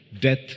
Death